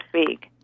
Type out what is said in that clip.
speak